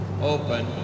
open